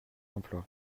emplois